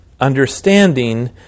understanding